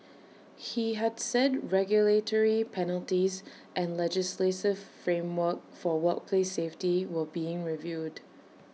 he had said regulatory penalties and legislative framework for workplace safety were being reviewed